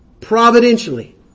providentially